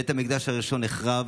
בית המקדש הראשון נחרב